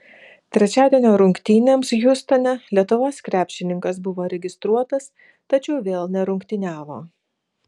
trečiadienio rungtynėms hjustone lietuvos krepšininkas buvo registruotas tačiau vėl nerungtyniavo